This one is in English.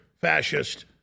fascist